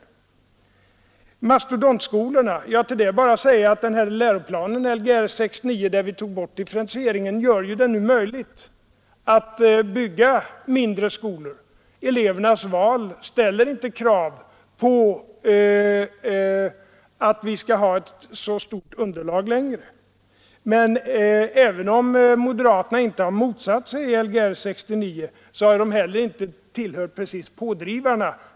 Om mastodontskolorna är bara att säga att läroplanen Lgr 69, där vi tog bort differentieringen, gör det möjligt att bygga mindre skolor. Elevernas val ställer inte krav på så stort underlag längre. Men även om moderaterna inte har motsatt sig Lgr 69, har de heller inte precis tillhört pådrivarna.